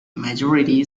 majority